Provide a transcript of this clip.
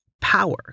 power